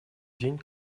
день